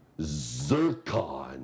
Zircon